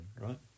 right